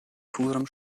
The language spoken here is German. purem